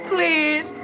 Please